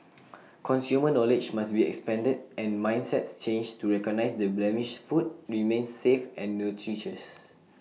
consumer knowledge must be expanded and mindsets changed to recognise that blemished food remains safe and nutritious